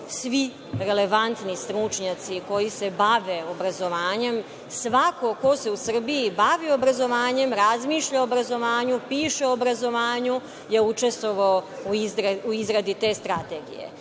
svi relevantni stručnjaci koji se bave obrazovanjem. Svako ko se u Srbiji bavi obrazovanjem, razmišlja o obrazovanju, piše o obrazovanju, je učestvovao u izradi te strategije. Vi